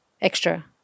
extra